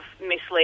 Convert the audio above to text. misleading